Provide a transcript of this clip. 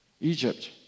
Egypt